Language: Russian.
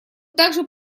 также